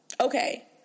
okay